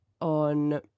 on